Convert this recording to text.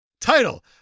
Title